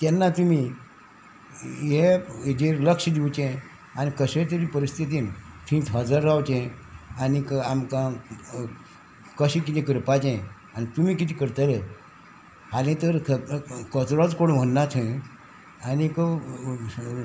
तेन्ना तुमी हे हेजेर लक्ष दिवचें आनी कशें तरी परिस्थितीन थंय हजर रावचें आनीक आमकां कशें किदें करपाचें आनी तुमी किदें करतले हालीं तर कचरोच कोण व्हरना थंय आनीक